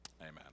amen